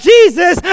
Jesus